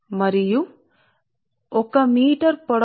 మరియు కండక్టర్ ఒక మీటర్ పొడవు